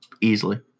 easily